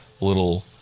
little